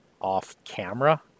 off-camera